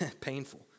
painful